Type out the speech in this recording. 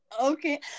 okay